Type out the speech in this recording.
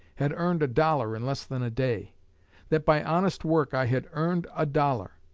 had earned a dollar in less than a day that by honest work i had earned a dollar.